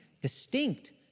distinct